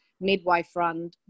midwife-run